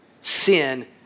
Sin